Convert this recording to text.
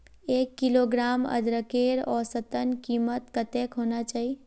एक किलोग्राम अदरकेर औसतन कीमत कतेक होना चही?